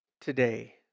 today